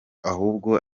ahubwo